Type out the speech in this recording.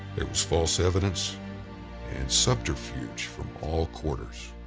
there was false evidence and subterfuge from all quarters.